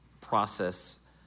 process